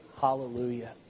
hallelujah